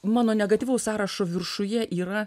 mano negatyvaus sąrašo viršuje yra